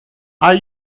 are